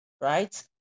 right